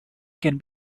can